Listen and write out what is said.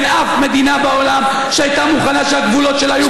אין אף מדינה בעולם שהייתה מוכנה שהגבולות שלה יהיו פרוצים ככה.